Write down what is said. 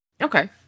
Okay